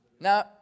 Now